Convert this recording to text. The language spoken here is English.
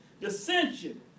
dissension